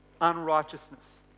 unrighteousness